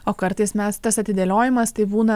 o kartais mes tas atidėliojimas tai būna